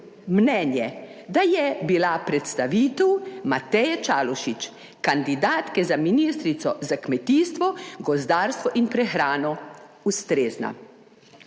mnenje, da je bila predstavitev Mateje Čalušić, kandidatke za ministrico za kmetijstvo, gozdarstvo in prehrano ustrezna.